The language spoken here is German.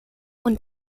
und